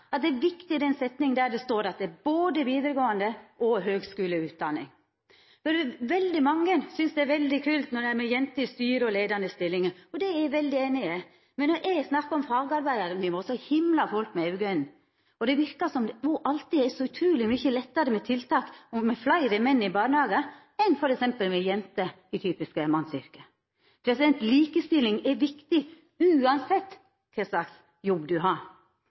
at det er viktig med både vidaregåande opplæring og høgskuleutdanning. Mange synest det er veldig kult når det er jenter med i styre og i leiande stillingar, og det er eg veldig einig i. Men når eg snakkar om yrke på fagarbeidarnivå, himlar folk med auga. Det verkar som om det alltid er så utruleg mykje lettare med tiltak for fleire menn i barnehagar enn f.eks. for jenter i typiske mannsyrke. Likestilling er viktig uansett kva jobb ein har.